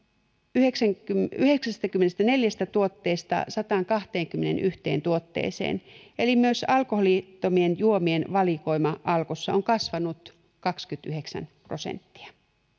eli yhdeksästäkymmenestäneljästä tuotteesta sataankahteenkymmeneenyhteen tuotteeseen eli myös alkoholittomien juomien valikoima alkossa on kasvanut kaksikymmentäyhdeksän prosenttia